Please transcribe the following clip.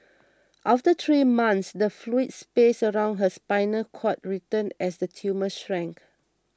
after three months the fluid space around her spinal cord returned as the tumour shrank